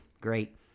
Great